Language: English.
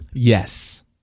Yes